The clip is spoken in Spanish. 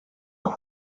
los